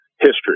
history